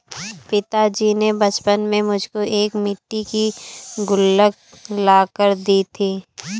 पिताजी ने बचपन में मुझको एक मिट्टी की गुल्लक ला कर दी थी